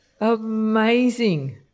amazing